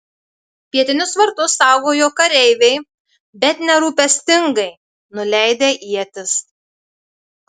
pietinius vartus saugojo kareiviai bet nerūpestingai nuleidę ietis